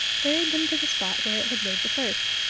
carried them to the spot where it had laid the first.